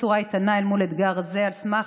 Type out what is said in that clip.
בצורה איתנה אל מול אתגר זה על סמך